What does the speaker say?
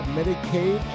Medicaid